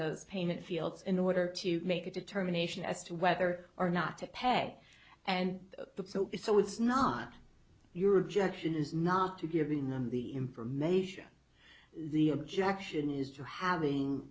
those painted fields in order to make a determination as to whether or not to pay and so it's not your objection is not to giving them the information the objection is to having